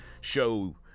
show